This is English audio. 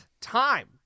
time